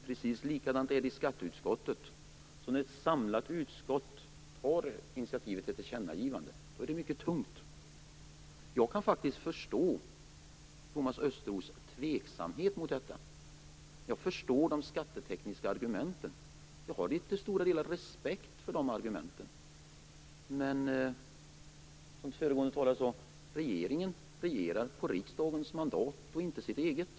Precis likadant är det i skatteutskottet. När ett samlat utskott tar initiativ till ett tillkännagivande väger det mycket tungt. Jag kan faktiskt förstå Thomas Östros tveksamhet gentemot detta. Jag förstår de skattetekniska argumenten. Jag har till stora delar respekt för de argumenten. Men, som föregående talare sade, regeringen regerar på riksdagens mandat och inte på sitt eget.